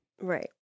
Right